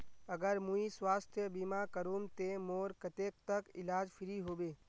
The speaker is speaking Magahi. अगर मुई स्वास्थ्य बीमा करूम ते मोर कतेक तक इलाज फ्री होबे?